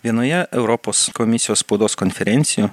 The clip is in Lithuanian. vienoje europos komisijos spaudos konferencijų